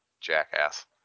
jackass